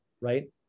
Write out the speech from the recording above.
right